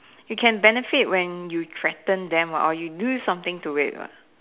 you can benefit when you threaten them or you do something to it what